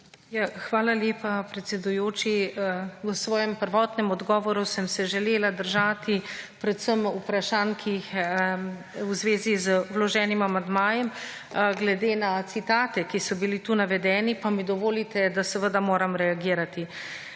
Hvala lepa, predsedujoči. V svojem prvotnem odgovoru sem se želela držati predvsem vprašanj v zvezi z vloženim amandmajem. Glede na citate, ki so bili tu navedeni, pa mi dovolite, da reagiram.